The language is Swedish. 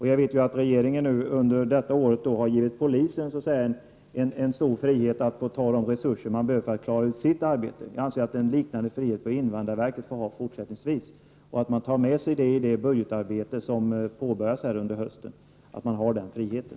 Jag vet att regeringen under innevarande år har gett polisen stor frihet när det gäller att ta de resurser i anspråk som man anser behövs för att arbetet skall kunna klaras. Jag menar att invandrarverket fortsättningsvis bör ha en motsvarande frihet och att detta måste uppmärksammas i det budgetarbete som påbörjas här till hösten.